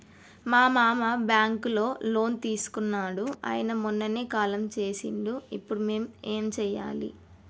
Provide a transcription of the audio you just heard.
మా మామ బ్యాంక్ లో లోన్ తీసుకున్నడు అయిన మొన్ననే కాలం చేసిండు ఇప్పుడు మేం ఏం చేయాలి?